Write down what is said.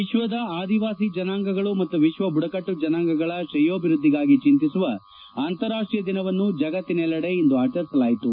ವಿತ್ತದ ಅದಿವಾಸಿ ಜನಾಂಗಗಳು ಮತ್ತು ವಿತ್ತ ಬುಡಕಟ್ಟು ಜನಾಂಗಗಳ ತ್ರೇಯೋಭಿವೃದ್ದಿಗಾಗಿ ಚಿಂತಿಸುವ ಅಂತಾರಾಷ್ಷೀಯ ದಿನವನ್ನು ಜಗತ್ತಿನೆಲ್ಲೆಡೆ ಇಂದು ಆಚರಿಸಲಾಯಿತು